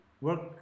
work